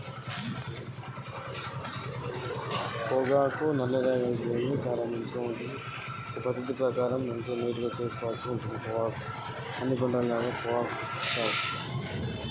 పొగాకు ఏ పద్ధతిలో పండించాలి?